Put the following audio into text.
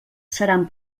seran